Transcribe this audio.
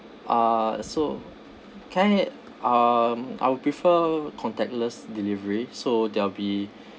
uh so can I um I'll prefer contactless delivery so there'll be